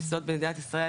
--- יסוד במדינת ישראל,